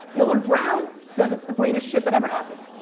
millard brown says it's the greatest shit that ever happened.